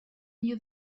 knew